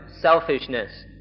selfishness